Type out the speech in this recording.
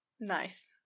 Nice